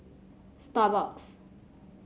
Starbucks